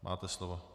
Máte slovo.